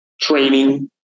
training